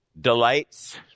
delights